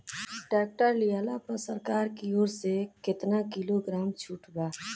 Tractor लिहला पर सरकार की ओर से केतना किलोग्राम छूट बा?